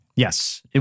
Yes